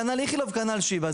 כנ"ל איכילוב וכנ"ל שיבא.